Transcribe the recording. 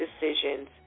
decisions